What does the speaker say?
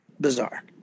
Bizarre